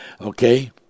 okay